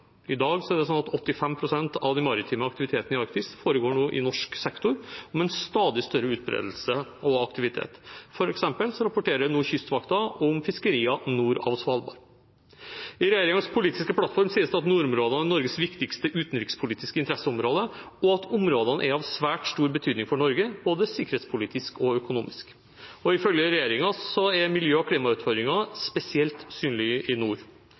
i maritim aktivitet i området. I dag foregår 85 pst. av den maritime aktiviteten i Arktis i norsk sektor og med en stadig større utbredelse og aktivitet. For eksempel rapporterer Kystvakten nå om fiskerier nord for Svalbard. I regjeringens politiske plattform sies det at nordområdene er Norges viktigste utenrikspolitiske interesseområde, og at områdene er av svært stor betydning for Norge, både sikkerhetspolitisk og økonomisk. Ifølge regjeringen er miljø- og klimautfordringene spesielt synlige i nord.